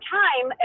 time